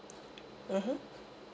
mmhmm